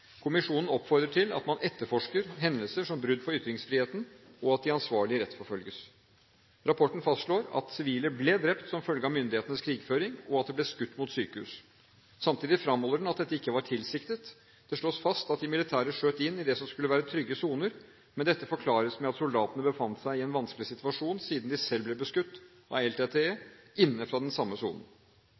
Kommisjonen oppfordrer til at man etterforsker hendelser som brudd på ytringsfriheten, og at de ansvarlige rettsforfølges. Rapporten fastslår at sivile ble drept som følge av myndighetenes krigføring, og at det ble skutt mot sykehus. Samtidig fremholder den at dette ikke var tilsiktet. Det slås fast at de militære skjøt inn i det som skulle være trygge soner, men dette forklares med at soldatene befant seg i en vanskelig situasjon, siden de selv ble beskutt av LTTE inne fra den samme sonen.